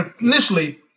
Initially